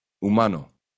humano